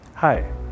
Hi